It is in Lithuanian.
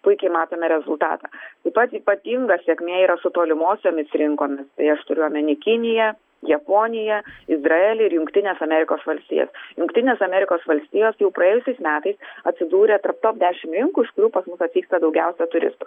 puikiai matome rezultatą taip pat ypatinga sėkmė yra su tolimosiomis rinkomis tai aš turiu omeny kiniją japoniją izraelį ir jungtines amerikos valstijas jungtinės amerikos valstijos jau praėjusiais metais atsidūrė tarp top dešimt rinkų iš kurių pas mus atvyksta daugiausia turistų